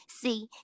see